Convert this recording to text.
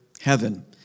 heaven